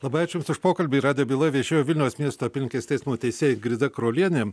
labai ačiū jums už pokalbį radijo byloj viešėjo vilniaus miesto apylinkės teismo teisėja ingrida krolienė